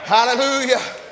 Hallelujah